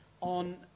on